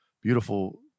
beautiful